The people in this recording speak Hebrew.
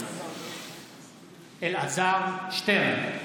מתחייב אני אלעזר שטרן,